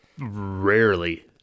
rarely